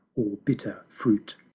or bitter, fruit.